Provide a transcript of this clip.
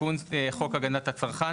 תיקון חוק הגנת הצרכן,